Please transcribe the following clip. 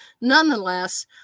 nonetheless